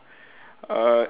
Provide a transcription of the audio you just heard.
uh